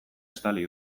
estali